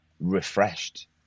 refreshed